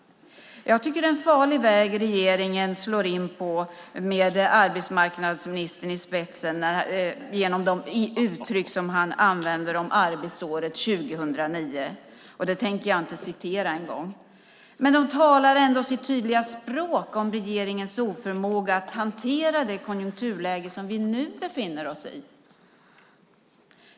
Jag tycker att det är en farlig väg som regeringen slår in på, med arbetsmarknadsministern i spetsen genom de uttryck som han använder om arbetsåret 2009. Det tänker jag inte ens citera. Men det talar ändå sitt tydliga språk om regeringens oförmåga att hantera det konjunkturläge som vi nu befinner oss i.